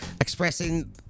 expressing